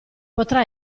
potrà